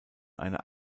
einer